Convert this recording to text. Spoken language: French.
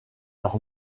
leur